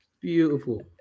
Beautiful